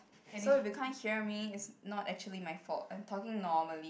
so if you can't hear me it's not actually my fault I'm talking normally